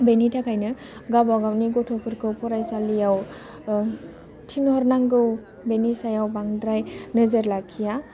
बेनि थाखायनो गावबा गावनि गथ'फोरखौ फरायसालियाव थिनहरनांगौ बेनि सायाव बांद्राय नोजोर लाखिया